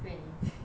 cringe